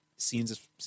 Scenes